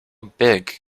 big